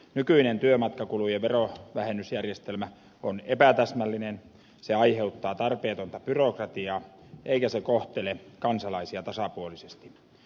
nykyinen työmatkakulujen verovähennysjärjestelmä on epätäsmällinen se aiheuttaa tarpeetonta byrokratiaa eikä se kohtele kansalaisia tasapuolisesti